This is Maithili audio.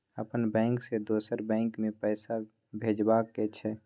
अपन बैंक से दोसर बैंक मे पैसा भेजबाक छै?